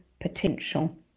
potential